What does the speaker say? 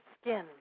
skin